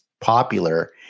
popular